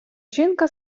жінка